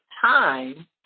time